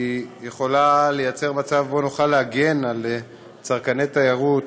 היא יכולה ליצור מצב שבו נוכל להגן על צרכני תיירות,